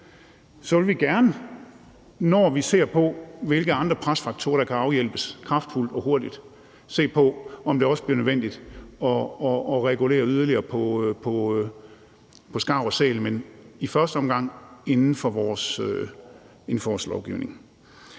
så vil vi gerne, når vi ser på, hvilke andre presfaktorer der kan afhjælpes kraftfuldt og hurtigt, se på, om det også bliver nødvendigt at regulere yderligere på skarv og sæl, men i første gang inden for vores lovgivning.